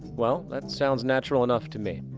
well, that sounds natural enough to me.